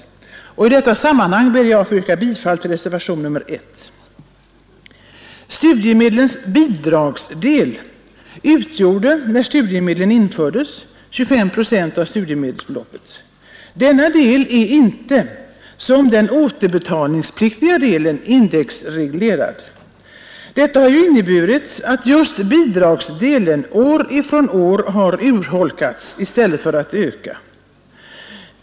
I detta sammanhang ber jag att få yrka bifall till reservationen 1. Studiemedlens bidragsdel utgjorde när studiemedlen infördes 25 procent av studiemedelsbeloppet. Denna del är inte som den återbetalningspliktiga delen indexreglerad. Detta har inneburit att just bidragsdelen år från år har urholkats i stället för att öka.